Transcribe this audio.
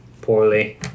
Poorly